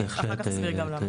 אני גם אסביר אחר כך למה.